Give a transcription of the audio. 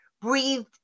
breathed